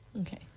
Okay